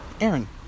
Aaron